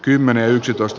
kymmenen yksitoista